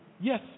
Yes